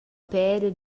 peda